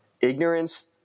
Ignorance